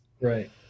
Right